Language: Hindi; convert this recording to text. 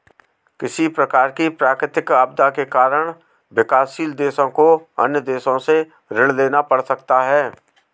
किसी प्रकार की प्राकृतिक आपदा के कारण विकासशील देशों को अन्य देशों से ऋण लेना पड़ सकता है